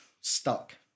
stuck